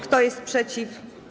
Kto jest przeciw?